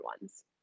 ones